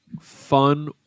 fun